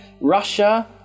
Russia